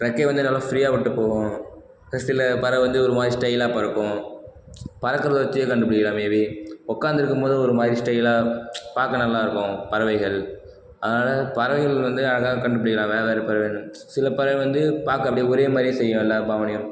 றெக்கையை வந்து நல்லா ஃப்ரீயா விட்டு போகும் ஒரு சில பறவை வந்து ஒரு மாதிரி ஸ்டைலாக பறக்கும் பறக்குகிறத வச்சே கண்டுபிடிக்கலாம் மே பி உட்காந்துருக்கும் போது ஒரு மாதிரி ஸ்டைலா பார்க்க நல்லாயிருக்கும் பறவைகள் அதனால் பறவைகள் வந்து அழகாக கண்டுபிடிக்கலாம் வேறு வேறு பறவைன்னு சில பறவை வந்து பார்க்க அப்படி ஒரே மாதிரியே செய்யும் எல்லா பாவனையும்